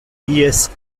dies